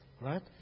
Right